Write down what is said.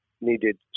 needed